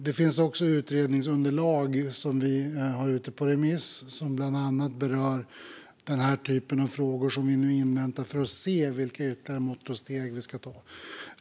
Det finns utredningsunderlag som vi har ute på remiss och som bland annat berör den här typen av frågor. Vi inväntar dem för att se vilka ytterligare mått och steg vi ska ta.